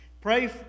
Pray